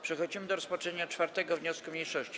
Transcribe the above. Przechodzimy do rozpatrzenia 4. wniosku mniejszości.